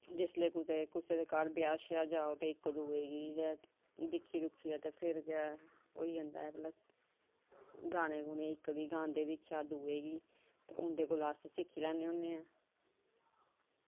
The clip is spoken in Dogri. जिसलै बी कोई ब्याह् जां इक दूऐ गी गै दिक्खी दिक्खियै फिर गै होई जंदा गांने गांदे दिक्खेआ इक गी ते उं'दे कोला अस सिक्खी लैन्ने होन्ने आं